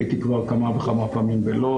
הייתי כבר כמה וכמה פעמים בלוד.